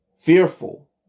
fearful